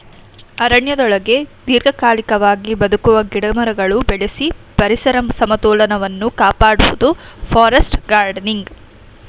ಅರಣ್ಯದೊಳಗೆ ದೀರ್ಘಕಾಲಿಕವಾಗಿ ಬದುಕುವ ಗಿಡಮರಗಳು ಬೆಳೆಸಿ ಪರಿಸರ ಸಮತೋಲನವನ್ನು ಕಾಪಾಡುವುದು ಫಾರೆಸ್ಟ್ ಗಾರ್ಡನಿಂಗ್